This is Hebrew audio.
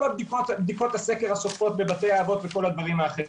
בדיקות הסקר השוטפות בבתי אבות וכל הדברים האחרים.